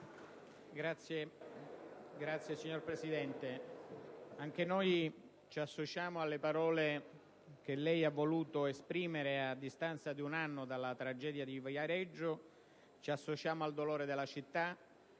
Signor Presidente, anche noi ci associamo alle parole che lei ha voluto formulare a distanza di un anno dalla tragedia di Viareggio. Ci associamo altresì al dolore della città